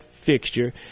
fixture